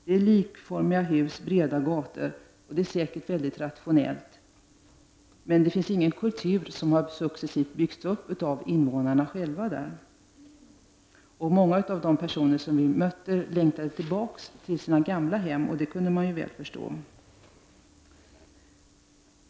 Det är likformiga hus, breda gator och säkert väldigt rationellt, men det finns ingen kultur som har successivt byggts upp av invånarna själva där. Många av de personer som vi mötte längtade tillbaka till sina gamla hem, och det kunde man ju väl förstå.